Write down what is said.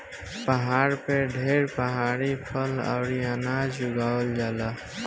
पहाड़ पे ढेर पहाड़ी फल अउरी अनाज उगावल जाला